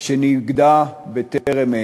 שנגדע בטרם עת.